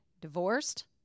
divorced